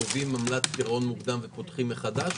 עמלת פירעון מוקדם ופותחים מחדש?